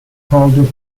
called